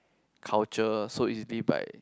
culture so easily by